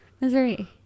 missouri